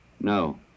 No